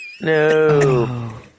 No